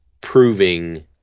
proving